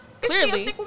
Clearly